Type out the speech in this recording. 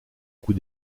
coup